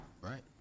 Right